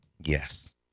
Yes